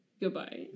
Goodbye